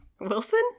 Wilson